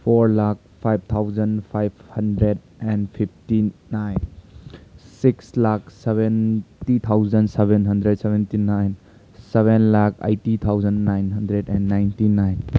four lakh five thousand five hundred and fifty nine six lakh seventy thousand seven hundred seventy nine seven lakh eighty thousand nine hundred and ninety nine